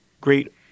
great